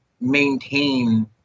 maintain –